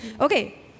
Okay